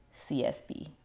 CSB